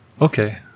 okay